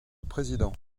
président